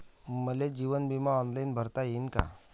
मले जीवन बिमा ऑनलाईन भरता येईन का?